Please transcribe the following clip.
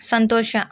ಸಂತೋಷ